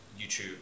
YouTube